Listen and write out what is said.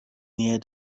near